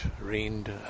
rained